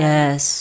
Yes